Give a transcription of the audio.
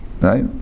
right